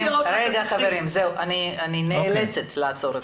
זהו, חברים, אני נאלצת לעצור אתכם.